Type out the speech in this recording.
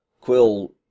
Quill